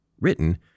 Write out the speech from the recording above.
written